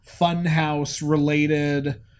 funhouse-related